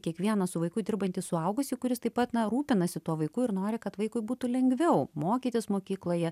kiekvieną su vaiku dirbantį suaugusį kuris taip pat rūpinasi tuo vaiku ir nori kad vaikui būtų lengviau mokytis mokykloje